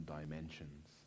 dimensions